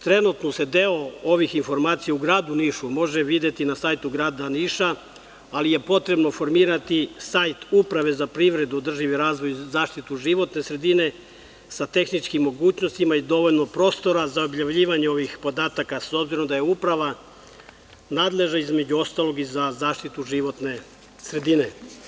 Trenutno se deo ovih informacija u gradu Nišu može videti na sajtu grada Niša, ali je potrebno formirati sajt Uprave za privredu i održivi razvoj, zaštitu životne sredine sa tehničkim mogućnostima i dovoljno prostora za objavljivanje ovih podataka, s obzirom da je uprava nadležna, između ostalog i za zaštitu životne sredine.